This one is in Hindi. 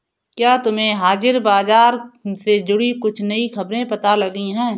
क्या तुम्हें हाजिर बाजार से जुड़ी कुछ नई खबरें पता लगी हैं?